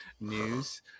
news